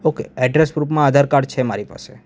okay address પ્રૂફમાં Aadhaar card છે મારી પાસે